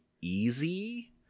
easy